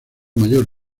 mayor